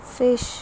fish